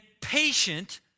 patient